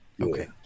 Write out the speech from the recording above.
okay